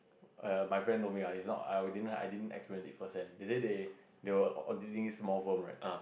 err my friend told me ah is not I didn't I didn't experience it first hand they say they they were auditing this small firm right